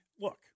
look